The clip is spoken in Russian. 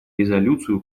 резолюцию